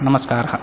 नमस्कारः